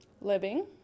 living